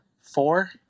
Four